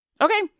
Okay